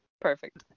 Perfect